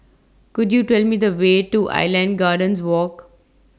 Could YOU Tell Me The Way to Island Gardens Walk